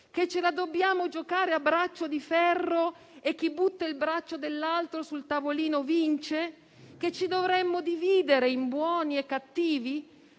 Che ce la dobbiamo giocare a braccio di ferro e chi butta il braccio dell'altro sul tavolino vince? Che ci dovremmo dividere in buoni e cattivi?